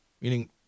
meaning